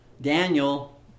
Daniel